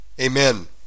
Amen